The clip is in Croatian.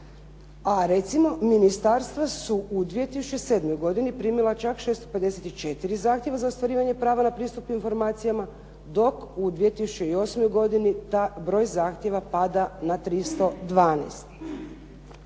a recimo ministarstva su u 2007. godini primila čak 654 zahtjeva za ostvarivanje prava na pristup informacijama, dok u 2008. godini broj zahtjeva pada na 312.